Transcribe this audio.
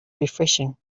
refreshing